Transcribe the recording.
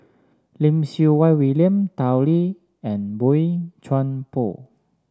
Lim Siew Wai William Tao Li and Boey Chuan Poh